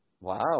Wow